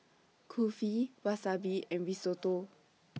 Kulfi Wasabi and Risotto